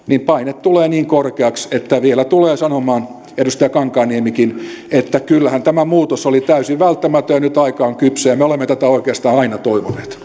paine tulee niin korkeaksi että vielä tulee sanomaan edustaja kankaanniemikin että kyllähän tämä muutos oli täysin välttämätön nyt aika on kypsä ja me olemme tätä oikeastaan aina toivoneet